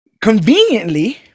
Conveniently